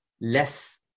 less